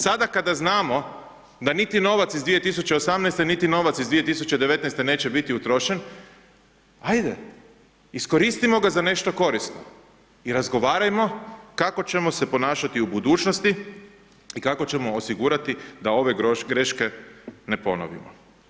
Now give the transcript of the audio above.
Sada kada znamo, da niti novac iz 2018. niti novac iz 2019. neće biti utrošen, hajde, iskoristimo ga za nešto korisno i razgovarajmo kako ćemo se ponašati u budućnosti i kako ćemo osigurati da ove greške ne ponovimo.